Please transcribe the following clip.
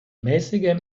mäßigem